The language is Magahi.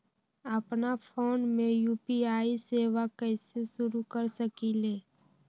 अपना फ़ोन मे यू.पी.आई सेवा कईसे शुरू कर सकीले?